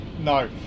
no